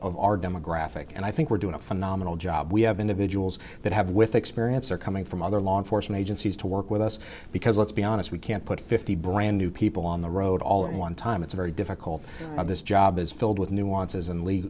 of our demographic and i think we're doing a phenomenal job we have individuals that have with experian they're coming from other law enforcement agencies to work with us because let's be honest we can't put fifty brand new people on the road all at one time it's very difficult this job is filled with nuances and le